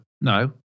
no